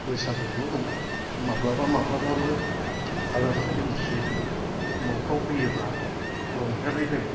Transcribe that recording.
बैसागुआवल' नङा माब्लाबा माब्लाबो आलासि दुमसि न'फ्राव फैयोब्ला रंजानाय जायो